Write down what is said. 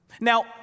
Now